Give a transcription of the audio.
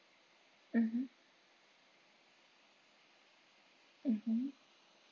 mmhmm mmhmm